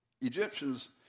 Egyptians